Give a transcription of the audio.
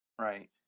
Right